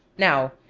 now,